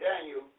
Daniel